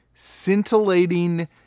scintillating